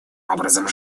образом